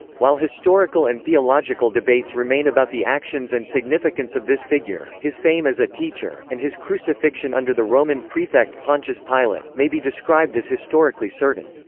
while historical and theological debates remain about the actions and significance of this figure, his fame as a teacher, and his crucifixion under the roman prefect pontius pilate, may be described as historically certain.